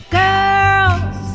girls